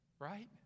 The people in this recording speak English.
right